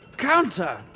Counter